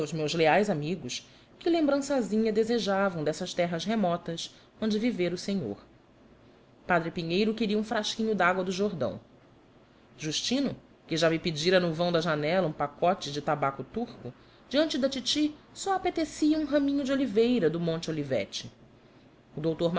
meus leais amigos que lembrançazinha desejavam dessas terras remotas onde vivera o senhor padre pinheiro queria um frasquinho de água do jordão justino que já me pedira no vão da janela um pacote de tabaco turco diante da titi só apetecia um raminho de oliveira do monte olivete o doutor